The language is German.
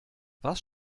was